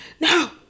No